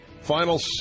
Final